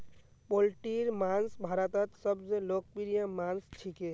पोल्ट्रीर मांस भारतत सबस लोकप्रिय मांस छिके